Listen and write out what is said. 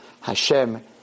Hashem